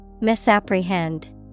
misapprehend